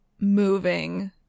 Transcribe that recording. moving